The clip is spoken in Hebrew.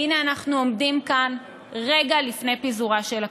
הינה אנחנו עומדים כאן רגע לפני פיזורה של הכנסת.